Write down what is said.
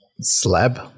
slab